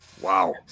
Wow